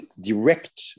direct